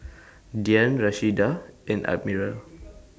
Diann Rashida and Admiral